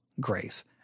grace